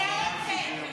(קורא בשמות חברי הכנסת)